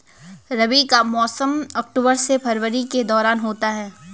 रबी का मौसम अक्टूबर से फरवरी के दौरान होता है